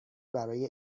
برای